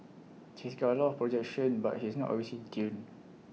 he's got A lot of projection but he's not always in tune